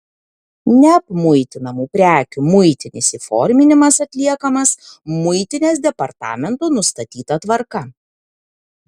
neapmuitinamų prekių muitinis įforminimas atliekamas muitinės departamento nustatyta tvarka